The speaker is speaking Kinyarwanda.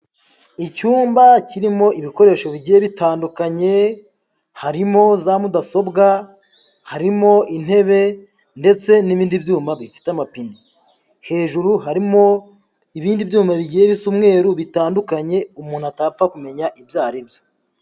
Icyumba kirimo ibikoresho bigiye bitandukanye harimo za mudasobwa, harimo intebe ndetse n'ibindi byuma bifite amapine. Hejuru harimo ibindi byuma bigiye bisa umwe bitandukanye umuntu atapfa kumenya ibyo aribyo.